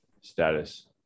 status